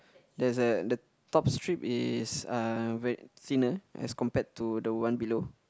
there's a the top strip is uh wait thinner as compared to the one below